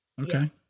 Okay